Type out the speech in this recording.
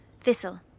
Thistle